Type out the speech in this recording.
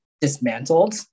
dismantled